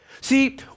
see